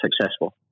successful